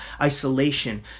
isolation